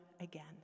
again